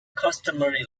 customary